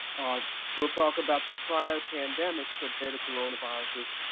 we'll talk about the prior pandemics of beta coronaviruses.